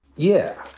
yeah.